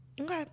Okay